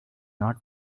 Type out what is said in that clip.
not